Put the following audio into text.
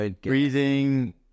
breathing